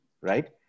right